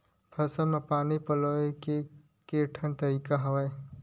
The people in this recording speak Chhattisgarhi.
फसल म पानी पलोय के केठन तरीका हवय?